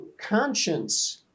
conscience